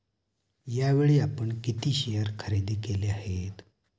यावेळी आपण किती शेअर खरेदी केले आहेत?